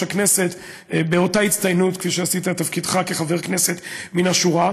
הכנסת באותה הצטיינות שעשית את תפקידך כחבר כנסת מן השורה.